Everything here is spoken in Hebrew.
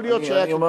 אני אומר